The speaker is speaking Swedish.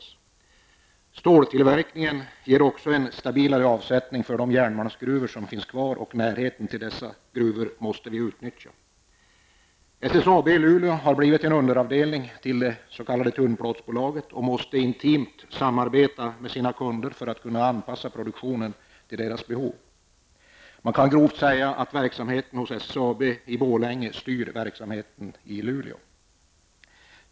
Ståltillverkningen ger också en stabilare avsättning för de järnmalmsgruvor som finns kvar, och närheten till dessa gruvor måste vi utnyttja. SSAB i Luleå har blivit en underavdelning till det s.k. tunnplåtsbolaget och måste intimt samarbeta med sina kunder för att kunna anpassa produktionen till deras behov. Man kan grovt säga att verksamheten hos SSAB i Borlänge styr verksamheten i Luleå.